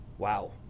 wow